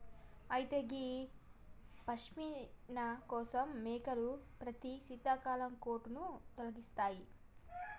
అయితే గీ పష్మిన కోసం మేకలు ప్రతి శీతాకాలం కోటును తొలగిస్తాయి